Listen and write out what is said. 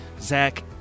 Zach